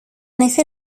effet